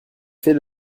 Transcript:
fait